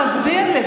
תסביר לי,